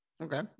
Okay